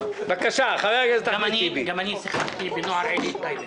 גם מרצ הסכימו להפקעה,